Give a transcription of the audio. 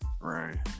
Right